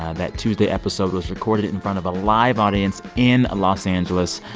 that tuesday episode was recorded in front of a live audience in los angeles.